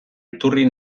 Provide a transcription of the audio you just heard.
iturri